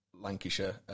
Lancashire